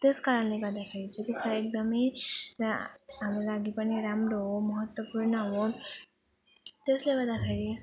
त्यस कारणले गर्दाखेरि चाहिँ एकदम रा हाम्रो लागि पनि राम्रो हो महत्त्वपूर्ण हो त्यसले गर्दाखेरि